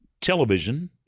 Television